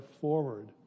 forward